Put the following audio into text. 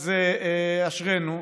אז אשרינו.